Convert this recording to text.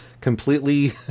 completely